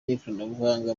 n’ikoranabuhanga